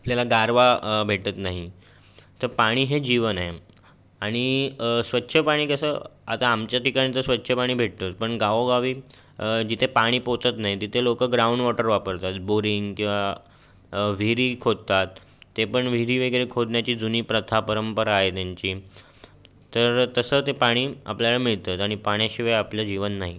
आपल्याला गारवा भेटत नाही तर पाणी हे जीवन आहे आणि स्वच्छ पाणी कसं आता आमच्या ठिकाणी तर स्वच्छ पाणी भेटतंच पण गावोगावी जिथे पाणी पोहचत नाही तिथे लोकं ग्राउंड वॉटर वापरतात बोरिंग किंवा विहिरी खोदतात ते पण विहिरी वगैरे खोदण्याची जुनी प्रथा परंपरा आहे त्यांची तर तसं ते पाणी आपल्याला मिळतंच आणि पाण्याशिवाय आपलं जीवन नाही